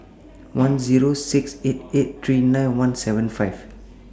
one Zero six eight eight three nine one seven five